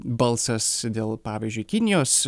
balsas dėl pavyzdžiui kinijos